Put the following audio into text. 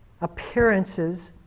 appearances